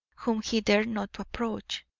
whom he dared not approach.